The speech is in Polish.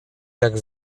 jak